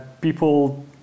people